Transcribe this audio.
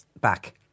back